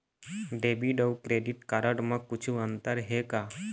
Debit अऊ credit card म कुछू अंतर हे का?